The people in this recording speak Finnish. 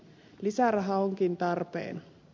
lisäraha onkin tarpeen